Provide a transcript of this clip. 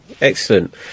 excellent